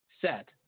set